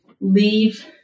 leave